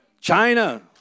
china